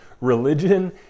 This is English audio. Religion